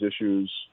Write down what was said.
issues